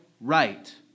right